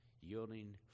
yielding